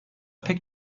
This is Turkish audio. pek